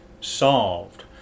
Solved